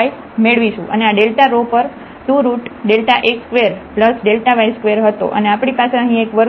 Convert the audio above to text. તેથી હવે આપણે આ xyમેળવીશું અને આ rh પણ 2 રુટ x સ્ક્વેર yસ્ક્વેર હતો અને આપણી પાસે અહીં એક વર્ગમૂળ છે